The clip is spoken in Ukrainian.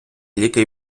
ліки